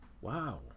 Wow